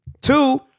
Two